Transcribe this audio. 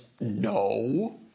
no